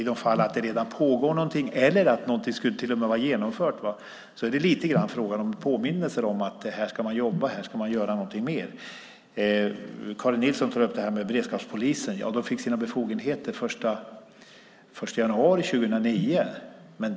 I de fall där det redan pågår någonting eller där någonting till och med redan är genomfört är det lite grann fråga om påminnelser om att här ska man jobba och göra någonting mer. Karin Nilsson tar upp beredskapspolisen. Den fick sina befogenheter den 1 januari 2009.